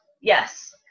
yes